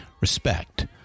Respect